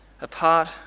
apart